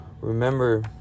remember